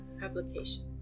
Publication